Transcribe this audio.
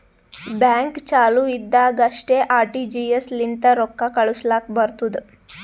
bank ಚಾಲು ಇದ್ದಾಗ್ ಅಷ್ಟೇ ಆರ್.ಟಿ.ಜಿ.ಎಸ್ ಲಿಂತ ರೊಕ್ಕಾ ಕಳುಸ್ಲಾಕ್ ಬರ್ತುದ್